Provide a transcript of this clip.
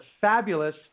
fabulous